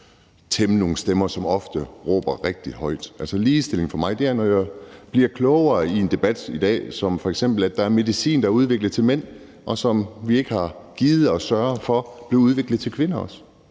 og tæmme nogle stemmer, som ofte råber rigtig højt. Ligestilling for mig er, når jeg bliver klogere i debatten i dag, som f.eks. når jeg bliver klar over, at der er medicin, der er udviklet til mænd, og som vi ikke har gidet at sørge for også bliver udviklet til kvinder.